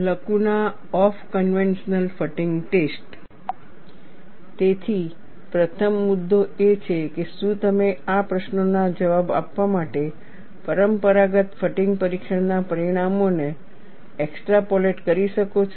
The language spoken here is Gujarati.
lacuna of conventional fatigue test તેથી પ્રથમ મુદ્દો એ છે કે શું તમે આ પ્રશ્નોના જવાબ આપવા માટે પરંપરાગત ફટીગ પરીક્ષણના પરિણામોને એક્સ્ટ્રાપોલેટ કરી શકો છો